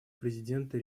президента